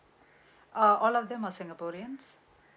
uh all of them are singaporeans